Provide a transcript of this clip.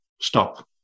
stop